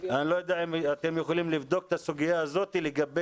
אני לא יודע אם אתם יכולים לבדוק את הסוגיה הזאת לגבי